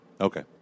Okay